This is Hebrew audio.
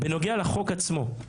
בנוגע לחוק עצמו,